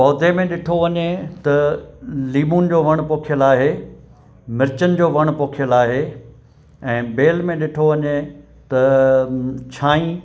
पौधे में ॾिठो वञे त लिमोन जो वणु पोखियलु आहे मिर्चनि जो वण पोखियलु आहे ऐं बेल में ॾिठो वञे त छाहीं